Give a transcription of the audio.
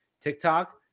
TikTok